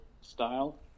style